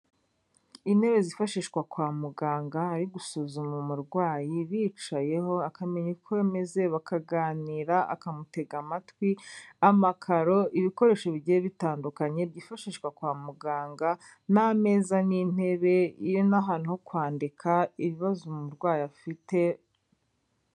Intebe zifashishwa kwa muganga bari gusuzuma umurwayi bicayeho, akamenya uko ameze bakaganira akamutega amatwi, amakaro, ibikoresho bigiye bitandukanye, byifashishwa kwa muganga n'ameza, n'inteben, nk'abantu ho kwandika ibibazo umurwayi afite.